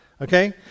okay